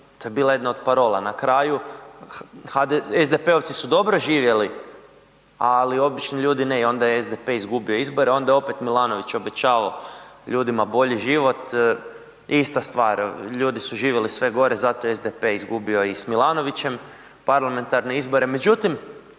to je bila jedna od parola, na kraju SDP-ovci su dobro živjeli, ali obični ljudi ne i onda je SDP izgubio izbore. Onda je opet Milanović obećavao ljudima bolji život. Ista stvar. Ljudi su živjeli sve gore, zato je SDP izgubio i s Milanovnićem parlamentarne izbore. Međutim,